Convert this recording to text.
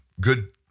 good